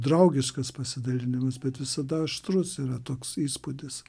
draugiškas pasidalinimas bet visada aštrus yra toks įspūdis